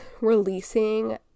releasing